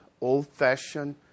old-fashioned